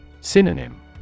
Synonym